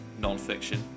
nonfiction